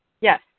Yes